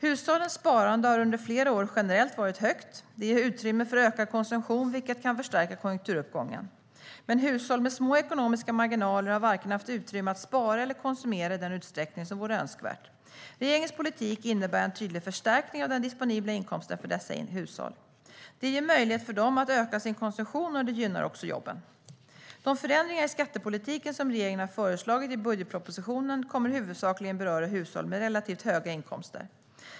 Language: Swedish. Hushållens sparande har under flera år generellt varit högt. Det ger utrymme för ökad konsumtion, vilket kan förstärka konjunkturuppgången. Men hushåll med små ekonomiska marginaler har inte haft utrymme att vare sig spara eller konsumera i den utsträckning som vore önskvärd. Regeringens politik innebär en tydlig förstärkning av den disponibla inkomsten för dessa hushåll. Det ger möjlighet för dem att öka sin konsumtion, och det gynnar också jobben. De förändringar i skattepolitiken som regeringen har föreslagit i budgetpropositionen kommer huvudsakligen att beröra hushåll med relativt höga inkomster.